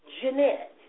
Jeanette